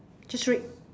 just read